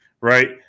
right